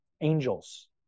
angels